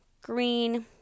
green